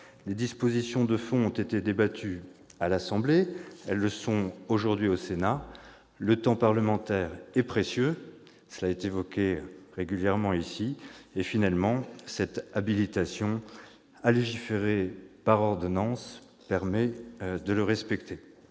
Les dispositions de fond ont été débattues à l'Assemblée nationale, elles le sont aujourd'hui au Sénat. Le temps parlementaire est précieux, cela est souvent relevé dans cette enceinte. Finalement, l'habilitation à légiférer par ordonnance permet de le respecter.